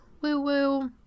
woo-woo